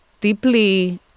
deeply